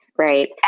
Right